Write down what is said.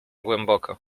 głęboko